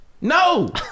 No